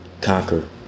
conquer